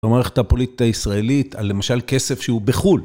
במערכת הפוליטית הישראלית על למשל כסף שהוא בחול.